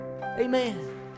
Amen